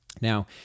Now